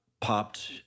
popped